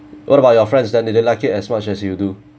what about your friends than they did like it as much as you do